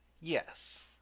Yes